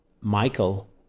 Michael